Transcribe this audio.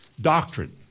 Doctrine